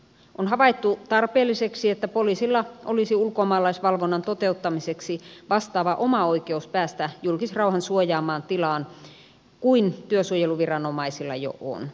on havaittu tarpeelliseksi että poliisilla olisi ulkomaalaisvalvonnan toteuttamiseksi vastaava oma oikeus päästä julkisrauhan suojaamaan tilaan kuin työsuojeluviranomaisilla jo on